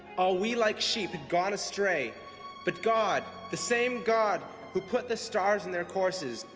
all we like sheep gone astray but god, the same god who put the stars in their courses,